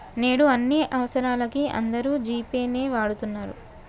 నేడు అన్ని అవసరాలకీ అందరూ జీ పే నే వాడతన్నరు